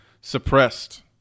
suppressed